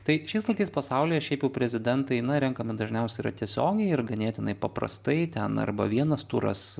tai šiais laikais pasaulyje šiaip jau prezidentai renkami dažniausiai yra tiesiogiai ir ganėtinai paprastai ten arba vienas turas